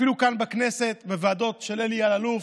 אפילו כאן בכנסת, בוועדות של אלי אלאלוף,